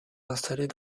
installées